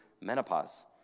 menopause